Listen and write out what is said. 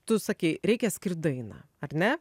tu sakei reikia skirt dainą ar ne